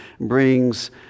brings